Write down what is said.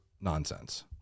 nonsense